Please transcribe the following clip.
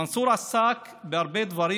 מנסור עסק בהרבה דברים.